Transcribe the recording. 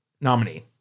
nominee